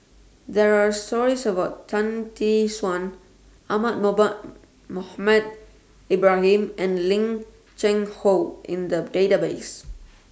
There Are stories about Tan Tee Suan Ahmad Mohamed Ibrahim and Lim Cheng Hoe in The Database